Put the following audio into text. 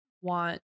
want